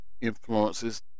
influences